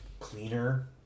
Cleaner